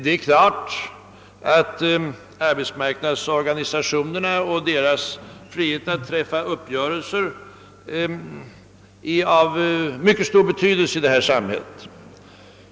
Det är klart att arbetsmarknadsorganisationerna och deras frihet att träffa uppgörelser är av mycket stor betydelse i vårt samhälle.